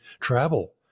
travel